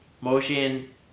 motion